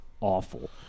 awful